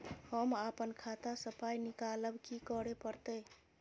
हम आपन खाता स पाय निकालब की करे परतै?